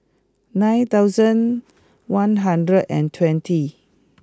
nine thousand one hundred and twenty